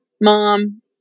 mom